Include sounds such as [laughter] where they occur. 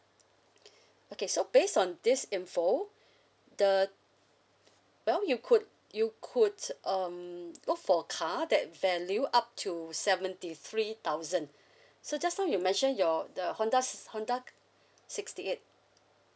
[breath] okay so based on this info [breath] the well you could you could um go for a car that value up to seventy three thousand [breath] so just now you mentioned your the honda s~ honda c~ [breath] sixty eight